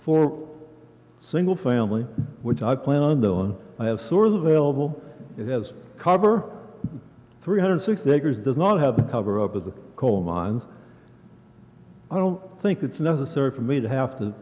for single family which i planned on i have source available it has cover three hundred sixty acres does not have a cover up at the coal mines i don't think it's necessary for me to have to